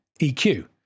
EQ